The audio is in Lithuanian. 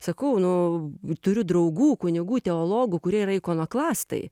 sakau nu turiu draugų kunigų teologų kurie yra ikonoklastai